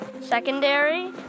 secondary